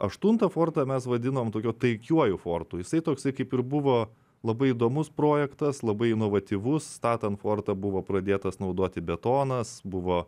aštuntą fortą mes vadinam tokiu taikiuoju fortu jisai toksai kaip ir buvo labai įdomus projektas labai inovatyvus statant fortą buvo pradėtas naudoti betonas buvo